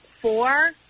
four